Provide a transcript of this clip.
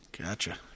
Gotcha